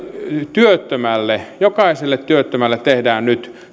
työttömälle jokaiselle työttömälle tehdään nyt